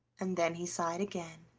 and then he sighed again.